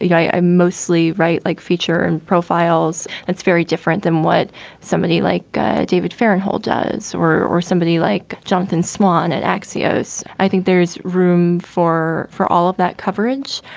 yeah i mostly write like feature and profiles that's very different than what somebody like ah david fahrenthold does or or somebody like jonathan swan at axios. i think there's room for for all of that coverage.